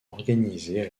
organisé